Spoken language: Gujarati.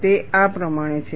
તે આ પ્રમાણે છે